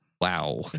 Wow